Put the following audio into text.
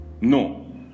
no